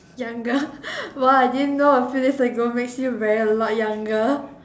younger !wow! I didn't know a few days ago make you very a lot younger